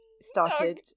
started